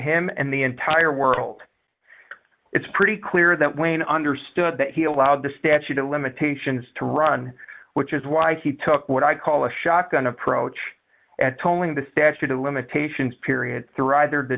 him and the entire world it's pretty clear that wayne understood that he allowed the statute of limitations to run which is why he took what i call a shotgun approach at tolling the statute of limitations period through either the